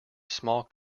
small